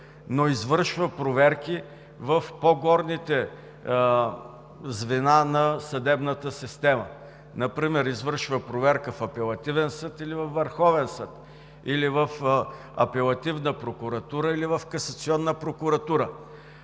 но извършва проверки в по-горните звена на съдебната система например извършва проверка в апелативен или във върховен съд, или в апелативна прокуратура, или в касационна прокуратура.